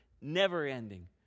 never-ending